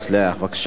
בבקשה, אדוני.